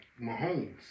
Mahomes